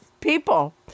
people